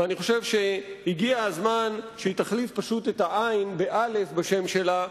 ואני חושב שהגיע הזמן שהיא תחליף פשוט את העי"ן באל"ף בשם שלה,